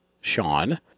Sean